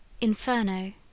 Inferno